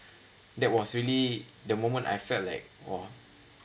that was really the moment I felt like !wah!